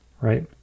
right